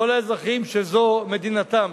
כל האזרחים שזו מדינתם.